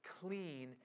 clean